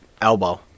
elbow